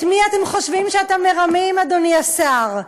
את מי אתם חושבים שאתם מרמים, אדוני השר?